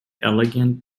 elegant